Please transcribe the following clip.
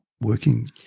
working